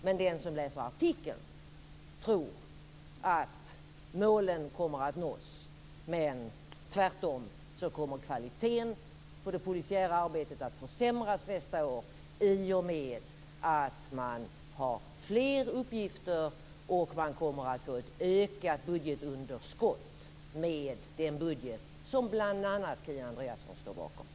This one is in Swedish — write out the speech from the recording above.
Men den som läser artikeln tror att målen kommer att nås. Tvärtom kommer kvaliteten på det polisiära arbetet att försämras nästa år i och med att polisen har fler uppgifter och får ett större budgetunderskott, med den budget som bl.a. Kia Andreasson står bakom.